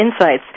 insights